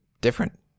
different